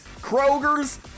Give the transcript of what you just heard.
Kroger's